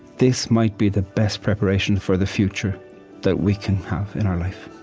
this might be the best preparation for the future that we can have in our life.